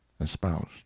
espoused